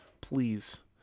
please